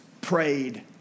prayed